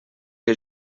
què